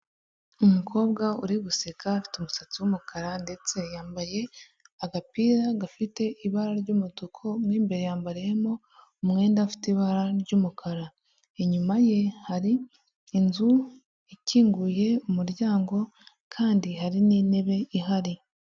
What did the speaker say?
Umukobwa uri guseka afite umusatsi w'umukara ndetse yambaye agapira gafite ibara ry'umutuku, mo imbere yambariyemo umwenda ufite ibara ry'umukara, inyuma ye hari inzu ikinguye umuryango kandi hari n'intebe ihari.